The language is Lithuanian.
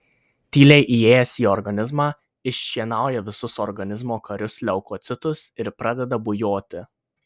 tyliai įėjęs į organizmą iššienauja visus organizmo karius leukocitus ir pradeda bujoti